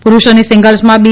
પુરૂષોની સિંગલ્સમાં બી